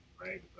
right